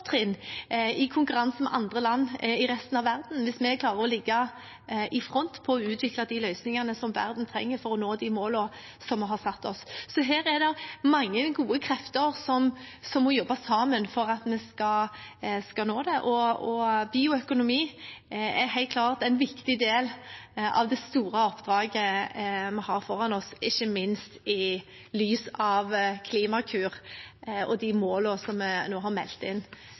i konkurransen med land i resten av verden hvis vi klarer å ligge i front når det gjelder å utvikle de løsningene verden trenger for å nå de målene vi har satt oss. Her er det mange gode krefter som må jobbe sammen, og bioøkonomi er helt klart en viktig del av det store oppdraget vi har foran oss, ikke minst sett i lys av Klimakur og de målene for reduserte utslipp vi som nasjon nå har satt oss og meldt inn.